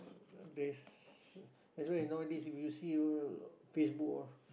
there's that's why nowadays if you see Facebook all